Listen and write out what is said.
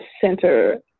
center